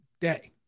day